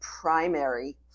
primary